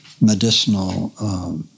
medicinal